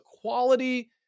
quality